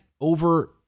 over